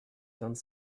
vingt